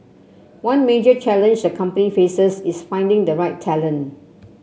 one major challenge the company faces is finding the right talent